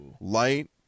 Light